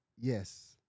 Yes